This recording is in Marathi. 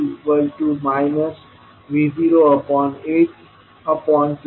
5V0 0